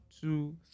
two